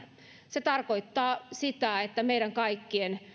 se tarkoittaa sitä että meidän kaikkien